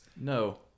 No